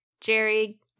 Jerry